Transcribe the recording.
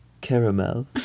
Caramel